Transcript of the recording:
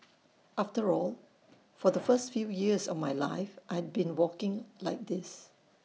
after all for the first few years of my life I'd been walking like this